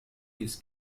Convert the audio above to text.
his